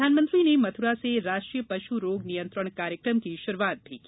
प्रधानमंत्री ने मथुरा से राष्ट्रीय पश् रोग नियंत्रण कार्यक्रम की श्रूआत भी की